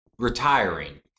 Retiring